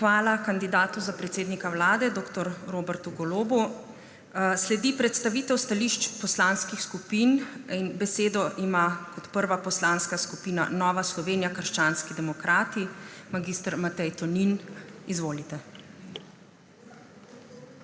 Hvala kandidatu za predsednika Vlade dr. Robertu Golobu. Sledi predstavitev stališč poslanskih skupin. Kot prva ima besedo Poslanska skupina Nova Slovenija – krščanski demokrati. Mag. Matej Tonin, izvolite.